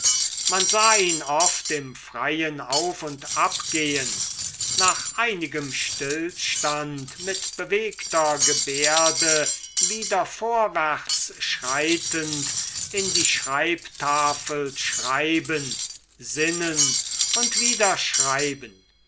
man sah ihn oft im freien auf und ab gehen nach einigem stillstand mit bewegter gebärde wieder vorwärts schreitend in die schreibtafel schreiben sinnen und wieder